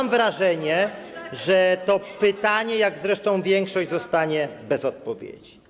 Ja mam wrażenie, że to pytanie, jak zresztą większość, pozostanie bez odpowiedzi.